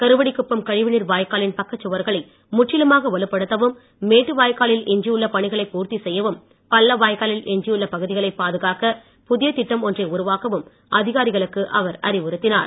கருவடிக்குப்பம் கழிவுநீர் வாய்க்காலின் பக்கச்சுவர்களை முற்றிலுமாக வலுப்படுத்தவும் மேட்டு வாய்க்காலில் எஞ்சியுள்ள பணிகளைப் பூர்த்தி செய்யவும் பள்ள வாய்க்காலின் எஞ்சியுள்ள பகுதிகளை பாதுகாக்க புதிய திட்டம் ஒன்றை உருவாக்கவும் அதிகாரிகளுக்கு அவர் அறிவுறுத்தினார்